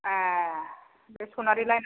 ए बे सनारि लाइनआव